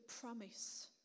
promise